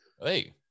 Hey